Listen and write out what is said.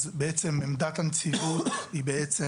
אז עמדת הנציבות היא בעצם,